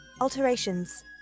alterations